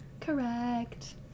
Correct